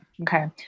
Okay